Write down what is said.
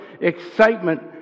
excitement